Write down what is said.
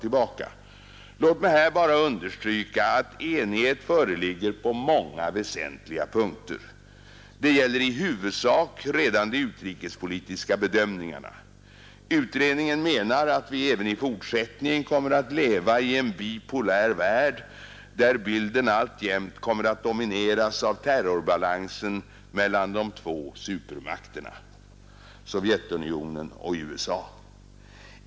Låt mig bara understryka att enighet föreligger på många väsentliga punkter. Det gäller i huvudsak redan de utrikespolitiska bedömningarna. Utredningen menar att vi även i fortsättningen kommer att leva i en bipolär värld, där bilden alltjämt kommer att domineras av terrorbalansen mellan de två supermakterna Sovjetunionen och USA.